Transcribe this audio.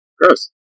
gross